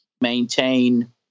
maintain